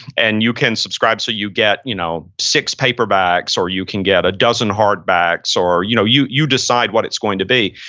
and you can subscribe so you get you know six paperbacks or you can get a dozen hardbacks or you know you you decide what it's going to be.